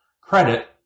credit